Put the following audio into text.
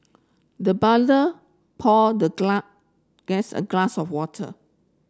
the butler poured the guest a glass of water